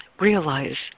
realize